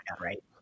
right